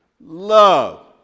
love